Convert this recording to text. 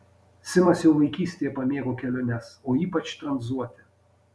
simas jau vaikystėje pamėgo keliones o ypač tranzuoti